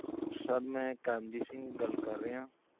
sir ਮੈਂ ਕਰਮਜੀਤ ਸਿੰਘ ਗੱਲ ਕਰ ਰਿਹਾ